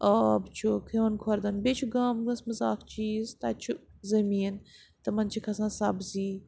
آب چھُ کھیٚون کھۄردَن بیٚیہِ چھُ گامَس منٛز اَکھ چیٖز تَتہِ چھُ زٔمیٖن تمَن چھِ کھَسان سبزی